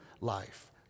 life